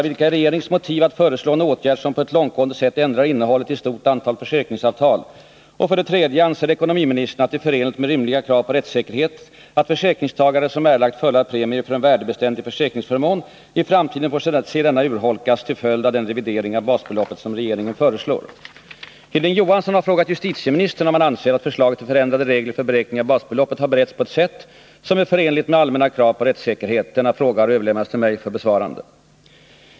Vilka är regeringens motiv för att föreslå en åtgärd som på ett långtgående sätt ändrar innehållet i ett stort antal försäkringsavtal? 3. Anser ekonomiministern att det är förenligt med rimliga krav på rättssäkerhet att försäkringstagare, som erlagt fulla premier för en värdebeständig försäkringsförmån, i framtiden får se denna urholkas till följd av den revidering av basbeloppet som regeringen föreslår? Hilding Johansson har frågat justitieministern om han anser att förslaget till förändrade regler för beräkning av basbeloppet har beretts på ett sätt som är förenligt med allmänna krav på rättssäkerhet. Denna fråga har överlämnats till mig.